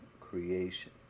creation